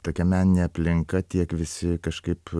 tokia meninė aplinka tiek visi kažkaip